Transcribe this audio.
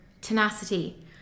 tenacity